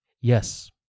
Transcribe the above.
Yes